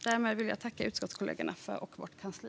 Därmed vill jag tacka utskottskollegorna och vårt kansli.